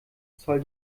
zoll